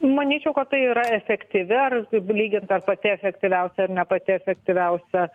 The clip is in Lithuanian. manyčiau kad tai yra efektyvi ar lygint ar pati efektyviausia ar ne pati efektyviausia